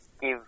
give